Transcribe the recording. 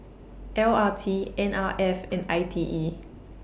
L R T N R F and I T E